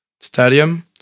stadium